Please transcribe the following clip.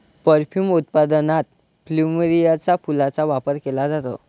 perfume उत्पादनात प्लुमेरियाच्या फुलांचा वापर केला जातो